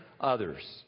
others